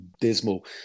dismal